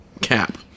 cap